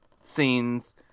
scenes